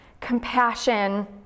compassion